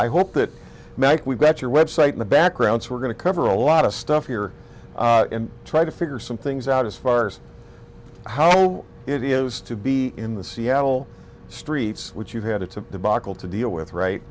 i hope that we got your website in the background so we're going to cover a lot of stuff here and try to figure some things out as far as how low it is to be in the seattle streets which you had it's a debacle to deal with right